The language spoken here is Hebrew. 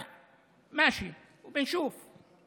נשק, בסדר, נראה.)